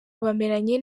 bameranye